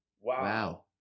Wow